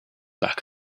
back